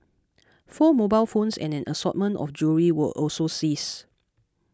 four mobile phones and an assortment of jewellery were also seized